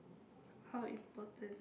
how important